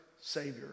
savior